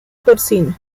porcina